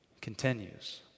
continues